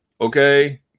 Okay